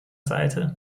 seite